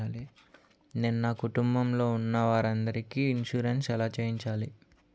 నేను నా కుటుంబం లొ ఉన్న వారి అందరికి ఇన్సురెన్స్ ఎలా చేయించాలి?